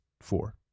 four